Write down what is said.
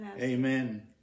Amen